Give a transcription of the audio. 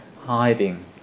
hiding